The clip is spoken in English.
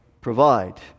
provide